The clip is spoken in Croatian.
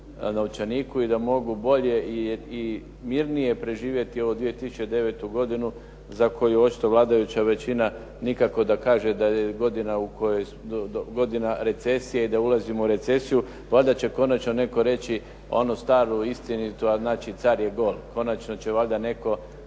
i da mogu bolje i mirnije preživjeti ovu 2009. godinu, za koju očito vladajuća većina nikako da kaže da je godina recesije i da ulazimo u recesiju. Valjda će konačno netko reći onu staru istinitu, a znači "Car je gol". Konačno će valjda netko